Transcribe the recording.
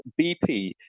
BP